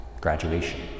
graduation